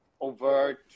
overt